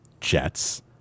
Jets